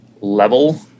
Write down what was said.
level